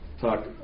talk